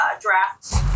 drafts